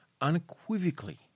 unequivocally